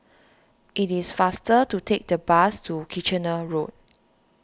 it is faster to take the bus to Kitchener Road